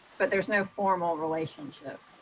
but there's no formal relationship.